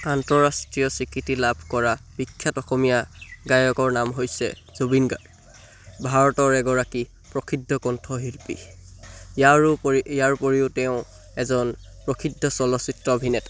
আন্তঃৰাষ্ট্ৰীয় স্বীকৃতি লাভ কৰা বিখ্যাত অসমীয়া গায়কৰ নাম হৈছে জুবিন গাৰ্গ ভাৰতৰ এগৰাকী প্ৰসিদ্ধ কণ্ঠশিল্পী ইয়াৰোপৰি ইয়াৰ উপৰিও তেওঁ এজন প্ৰসিদ্ধ চলচ্চিত্ৰ অভিনেতা